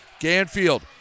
Ganfield